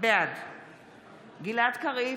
בעד גלעד קריב,